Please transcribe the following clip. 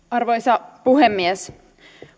arvoisa puhemies